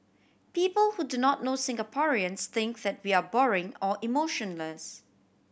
people who do not know Singaporeans think that we are boring or emotionless